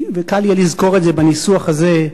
וקל יהיה לזכור את זה בניסוח הזה,